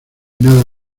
nada